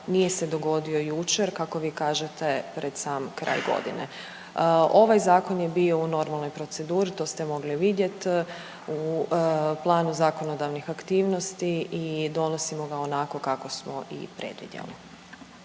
nije se dogodio jučer kako vi kažete pred sam kraj godine. Ovaj zakon je bio u normalnoj proceduri, to ste mogli vidjeti, u planu zakonodavnih aktivnosti i donosimo ga onako kako smo i predvidjeli.